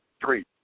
three